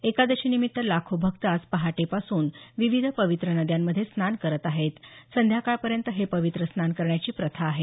एकादशी निमित्त लाखो भक्त आज पहाटेपासून विविध पवित्र नद्यांमध्ये स्नान करत आहेत संध्याकाळपर्यंत हे पवित्र स्नान करण्याची प्रथा आहे